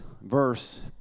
verse